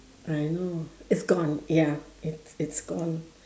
I know it's gone ya it's it's gone